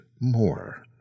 more